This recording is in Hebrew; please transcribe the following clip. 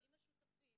עם השותפים,